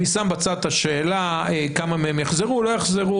אני שם בצד את השאלה כמה מהם יחזרו או לא יחזרו,